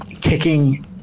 kicking